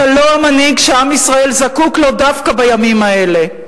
אתה לא מנהיג שעם ישראל זקוק לו דווקא בימים האלה.